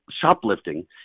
shoplifting